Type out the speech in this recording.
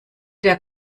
der